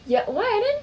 ya why then